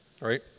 right